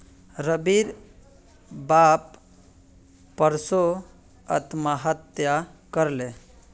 रविर बाप परसो आत्महत्या कर ले